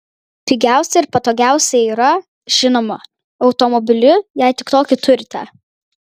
pigiausia ir patogiausia yra žinoma automobiliu jei tik tokį turite